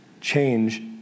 change